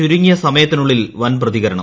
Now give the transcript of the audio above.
ചുരുങ്ങിയ സമയത്തിനുള്ളിൽ വിൻ പ്രതികരണം